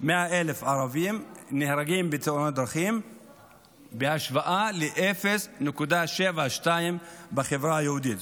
100,000 ערבים נהרגים בתאונות דרכים בהשוואה ל-0.72 בחברה היהודית,